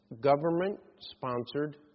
Government-sponsored